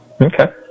Okay